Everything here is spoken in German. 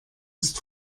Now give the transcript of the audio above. ist